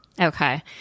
Okay